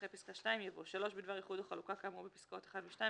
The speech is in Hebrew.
אחרי פסקה (2) יבוא: "(3)בדבר איחוד או חלוקה כאמור בפסקאות (1) ו-(2),